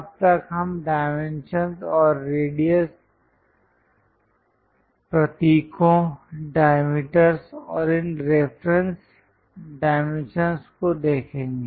अब तक हम यहाँ डाइमेंशंस और रेडियस प्रतीकों डायमीटरस् और इन रेफरेंस डाइमेंशंस को देखेंगे